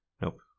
Nope